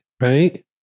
right